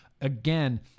again